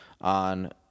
on